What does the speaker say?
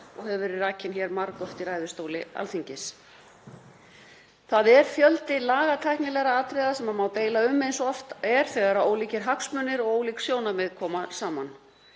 og hefur verið rakin hér margoft í ræðustóli Alþingis. Það er fjöldi lagatæknilegra atriða sem má deila um, eins og oft er þegar ólíkir hagsmunir og ólík sjónarmið koma saman,